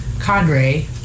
cadre